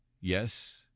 yes